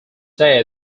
day